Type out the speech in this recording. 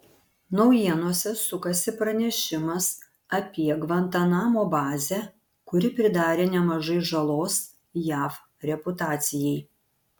naujienose sukasi pranešimas apie gvantanamo bazę kuri pridarė nemažai žalos jav reputacijai